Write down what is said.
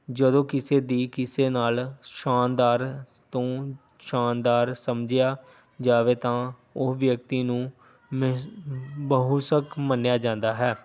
ਜਦੋਂ ਕਿਸੇ ਦੀ ਕਿਸੇ ਨਾਲ ਸ਼ਾਨਦਾਰ ਤੋਂ ਸ਼ਾਨਦਾਰ ਸਮਝਿਆ ਜਾਵੇ ਤਾਂ ਉਹ ਵਿਅਕਤੀ ਨੂੰ ਮਹ ਬਹੁ ਸਕ ਮੰਨਿਆ ਜਾਂਦਾ ਹੈ